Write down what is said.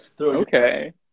okay